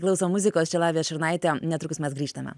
klausom muzikos čia lavija šurnaitė netrukus mes grįžtame